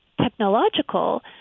technological